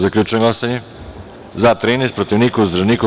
Zaključujem glasanje: za – 14, protiv – niko, uzdržanih – nema.